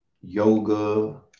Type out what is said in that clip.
yoga